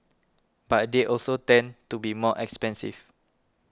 but they also tend to be more expensive